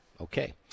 Okay